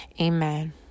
Amen